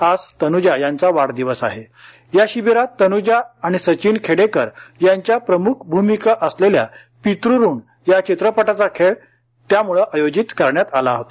आज तनुजा यांचा वाढदिवस असल्यानं या शिबिरात तनुजा आणि सचिन खेडेकर यांच्या प्रमुख भूमिका असलेल्या पितृऋण या चित्रपटाचा खेळ आयोजित करण्यात आला होता